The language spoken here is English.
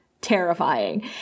terrifying